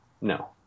No